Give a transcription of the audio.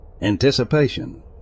anticipation